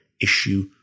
Issue